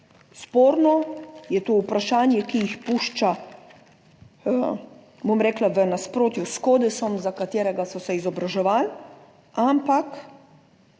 sporno, je to vprašanje, ki jih pušča bom rekla, v nasprotju s kodeksom, za katerega so se izobraževali, ampak